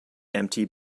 empty